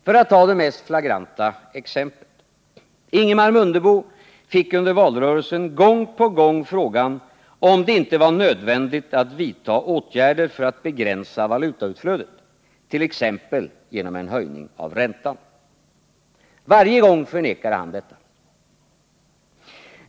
För att ta det mest flagranta exemplet: Ingemar Mundebo fick under valrörelsen gång på gång frågan, om det inte var nödvändigt att vidta åtgärder för att begränsa valutautflödet,t.ex. genom en höjning av räntan. Varje gång förnekade han detta.